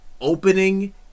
opening